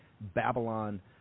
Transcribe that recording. Babylon